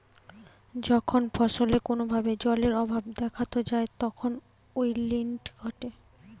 যখন ফসলে কোনো ভাবে জলের অভাব দেখাত যায় তখন উইল্টিং ঘটে